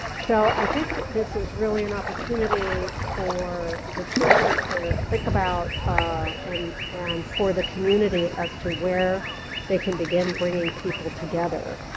so i think this is really an opportunity for the churches to think about ah and and for the community as to where they can begin bringing people together.